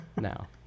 now